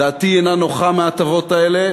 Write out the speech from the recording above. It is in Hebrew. דעתי אינה נוחה מההטבות האלה,